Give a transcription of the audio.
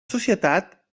societat